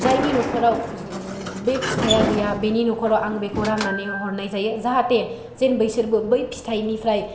जायनि न'खराव बे फिथाइया गैया बेनि न'खराव आं बेखौ राननानै हरनाय जायो जाहाथे जेन बैसोरबो बै फिथाइनिफ्राय